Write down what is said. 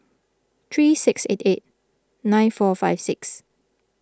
three six eight eight nine four five six